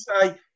say